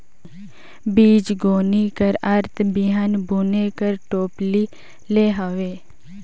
बीजगोनी कर अरथ बीहन बुने कर टोपली ले हवे